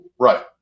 Right